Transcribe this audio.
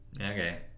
Okay